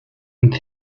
ins